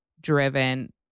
driven